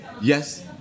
Yes